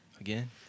Again